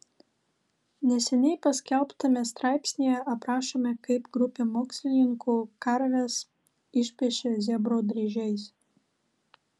neseniai paskelbtame straipsnyje aprašoma kaip grupė mokslininkų karves išpiešė zebrų dryžiais